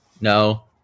No